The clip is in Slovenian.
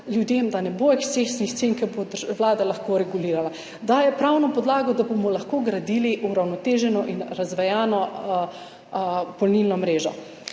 da ne bo ekscesnih scen, da bo Vlada lahko regulirala. Daje pravno podlago, da bomo lahko gradili uravnoteženo in razvejano polnilno mrežo.